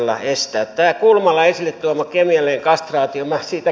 tämä kulmalan esille tuoma kemiallinen kastraatio